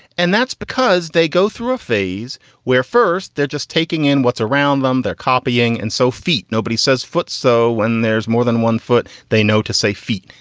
and that's because they go through a phase where first they're just taking in what's around them, they're copying. and so feet nobody says foote's. so when there's more than one foot they know to say feet,